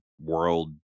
world